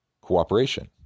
cooperation